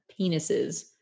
penises